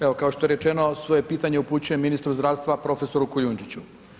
Evo kao što je rečeno svoje pitanje upućujem ministru zdravstva prof. Kujundžiću.